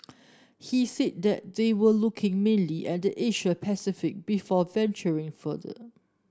he said that they were looking mainly at the Asia Pacific before venturing further